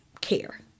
care